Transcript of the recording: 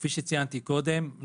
כפי שציינתי קודם.